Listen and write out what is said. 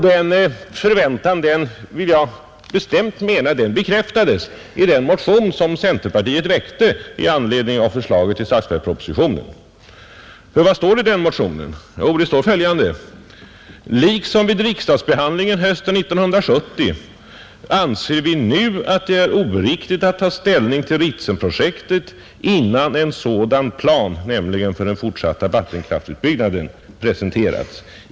Denna förväntan, menar jag bestämt, bekräftades av vad som sades i den motion som centerpartiet väckte med anledning av förslaget i statsverkspropositionen, I den motionen heter det: ”Liksom vid riksdagsbehandlingen hösten 1970 anser vi nu att det är oriktigt att ta ställning till Ritsemprojektet innan en sådan plan” ”presenterats.